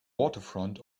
waterfront